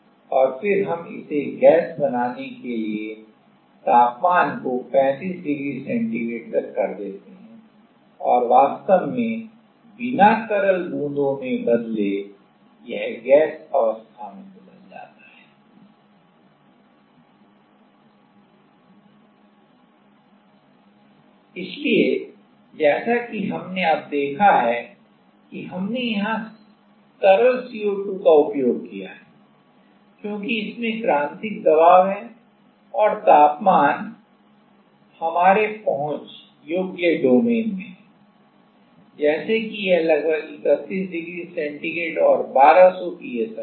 और फिर हम इसे गैस बनाने के लिए तापमान को 35 डिग्री सेंटीग्रेड तक कर देते हैं और यह वास्तव में बिना तरल बूंदों में बदले गैस अवस्था में बदल जाता है इसलिए जैसा कि हमने अब देखा है कि हमने यहां तरल CO2 का उपयोग किया है क्योंकि इसमें क्रांतिक दबाव है और तापमान हमारे पहुंच योग्य डोमेन में है जैसे कि यह लगभग 31 डिग्री सेंटीग्रेड और 1200 psi है